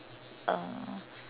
uh